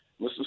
Mr